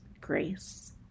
grace